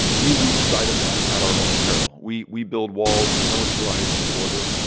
we lose sight of that at our own peril. we we build walls. we militarize the border.